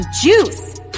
juice